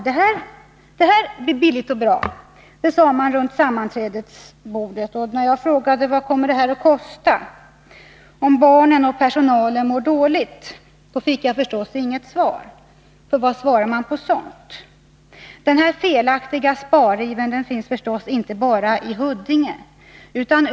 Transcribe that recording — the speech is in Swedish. Det här blir billigt och bra, sade man runt sammanträdesbordet, och när jag frågade vad det kommer att kosta, om barnen och personalen mår dåligt, fick jag förstås inget svar, för vad svarar man på sådant? Den här felaktiga sparivern finns förstås inte bara i Huddinge.